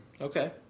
Okay